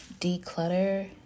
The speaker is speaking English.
declutter